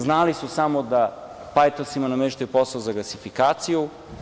Znali su samo da pajtosima nameštaju posao za gasifikaciju.